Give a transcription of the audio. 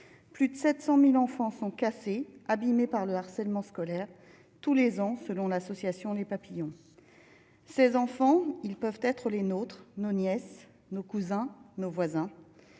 plus de 700000 enfants sont cassés, abîmés par le harcèlement scolaire tous les ans, selon l'association les Papillons ces enfants, ils peuvent être les nôtres nièce nos cousins, nos voisins